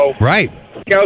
Right